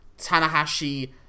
Tanahashi